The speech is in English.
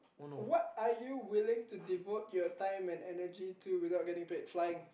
what are you willing to devote your time and energy to without getting paid flying